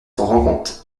rencontre